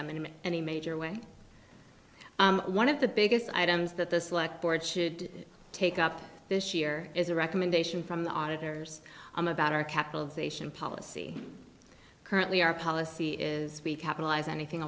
them in any major way one of the biggest items that the select board should take up this year is a recommendation from the auditors i'm about our capitalization policy currently our policy is we capitalized anything